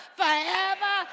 forever